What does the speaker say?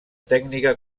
tècnica